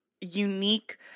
unique